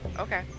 Okay